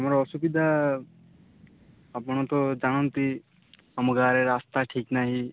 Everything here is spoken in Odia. ମୋର ଅସୁବିଧା ଆପଣ ତ ଜାଣନ୍ତି ଆମ ଗାଁରେ ରାସ୍ତା ଠିକ୍ ନାହିଁ